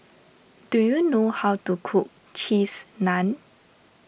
do you know how to cook Cheese Naan